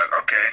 okay